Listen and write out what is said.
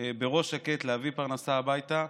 בראש שקט, להביא פרנסה הביתה,